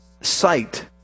sight